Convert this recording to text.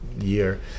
year